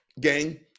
gang